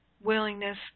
willingness